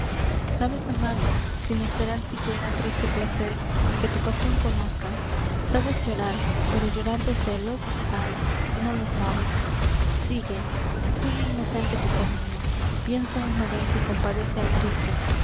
sabes amar sin esperar siquiera triste placer que tu pasion conozcan sabes llorar pero llorar de celos ay no lo sabes sigue sigue inocente tu camino piensa una vez y compadece al triste